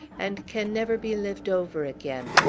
and can never be lived over again.